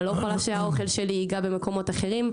אני לא יכולה שהאוכל שלי ייגע במקומות אחרים.